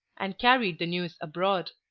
and carried the news abroad.